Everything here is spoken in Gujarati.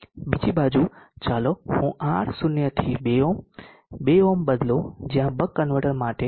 બીજી બાજુ ચાલો હું R0 થી 2 ઓહ્મ 2 ઓહ્મ બદલો જ્યાં બક કન્વર્ટર માટે ડ્યુટી ચક્ર 0